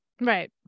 Right